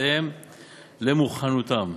בהתאם למוכנותם,